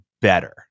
better